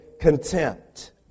contempt